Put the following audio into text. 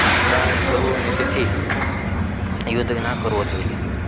સ્થળાંતર કરવું અને તેથી યુદ્ધ ના કરવું જોઈએ